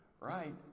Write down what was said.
right